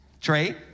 Trey